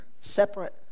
separate